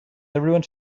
everyone